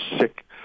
sick